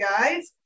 guys